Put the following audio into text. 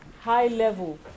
high-level